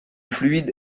fluide